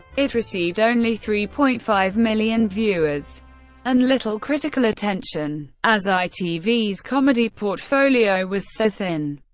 it received only three point five million viewers and little critical attention. as itv's comedy portfolio was so thin,